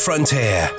Frontier